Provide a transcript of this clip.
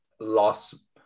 loss